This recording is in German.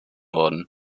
worden